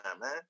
man